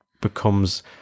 becomes